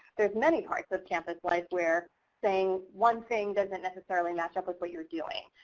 there's many parts of campus life where saying one thing doesn't neccessarily match up with what you're doing.